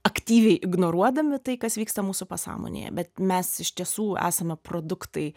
aktyviai ignoruodami tai kas vyksta mūsų pasąmonėje bet mes iš tiesų esame produktai